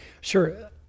Sure